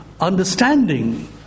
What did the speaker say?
understanding